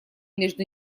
между